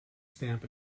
stamp